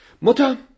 Mutter